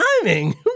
timing